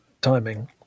timing